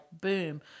boom